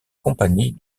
compagnie